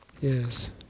Yes